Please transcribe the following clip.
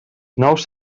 nous